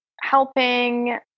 helping